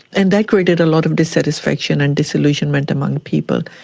and that created a lot of dissatisfaction and disillusionment among people.